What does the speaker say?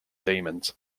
demons